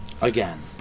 Again